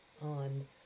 on